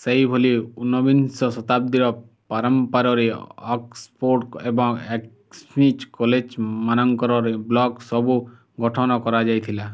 ସେହିଭଲି ଉନବିଂଶ ଶତାବ୍ଦୀର ପାରମ୍ପାରରେ ଅକ୍ସଫୋର୍ଡ଼ ଏବଂ ଏକସ୍ୱିଚ୍ କଲେଜ୍ ମାନଙ୍କର ବ୍ଲକ୍ ସବୁ ଗଠନ କରାଯାଇଥିଲା